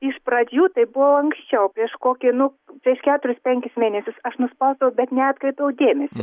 iš pradžių tai buvo anksčiau prieš kokį nu prieš keturis penkis mėnesius aš nuspausdavau bet neatkreipiau dėmesio